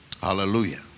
Hallelujah